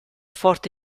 forte